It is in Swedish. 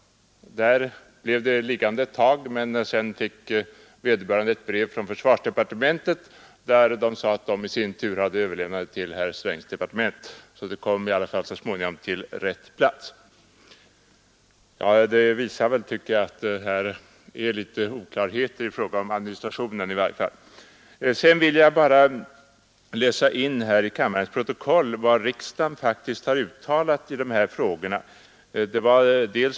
Sedan fick vederbörande ett brev från försvarsdepartementet med uppgift att deras brev var överlämnat till herr Strängs departement. Brevet kom i alla fall så småningom till rätt plats. Detta visar väl, tycker jag, att här är litet oklarheter i fråga om administrationen. Sedan vill jag bara läsa in i kammarens protokoll vad riksdagen faktiskt har uttalat i de här frågorna.